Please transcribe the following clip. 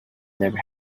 never